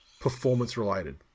performance-related